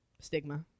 Stigma